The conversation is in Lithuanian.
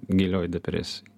gilioj depresijoj